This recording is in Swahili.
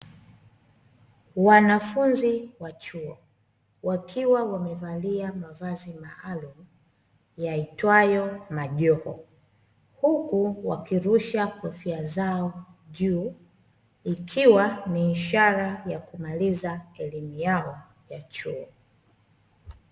Wanafunzi wa chuo wakiwa wamevalia mavazi maalumu yaitwayo majoho huku wakirusha kofia zao juu, ikiwa ni ishara ya kumaliza elimu yao ya chuo.